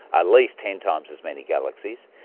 ah least ten times as many galaxies.